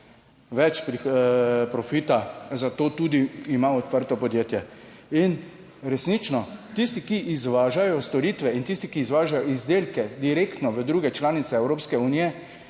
več profita, zato tudi ima odprto podjetje. In resnično, tisti, ki izvažajo storitve in tisti, ki izvažajo izdelke direktno v druge članice Evropske unije,